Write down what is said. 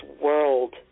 world